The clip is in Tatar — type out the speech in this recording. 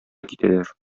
китәләр